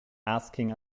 asking